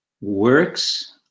works